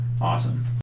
awesome